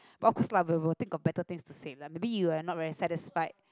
but of course lah we will think of better things to say like maybe you are not very satisfied